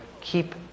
keep